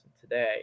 today